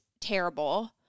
terrible